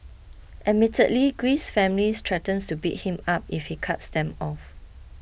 admittedly Greece's family threatens to beat him up if he cuts them off